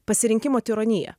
pasirinkimo tironija